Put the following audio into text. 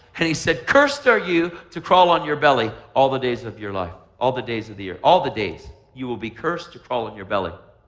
and he said cursed are you to crawl on your belly all the days of your life. all the days of the earth. all the days you will be cursed to crawl on your belly.